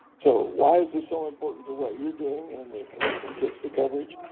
so why is it so important to what you are doing in connecting kids to coverage?